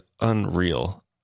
unreal